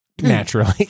Naturally